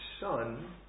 son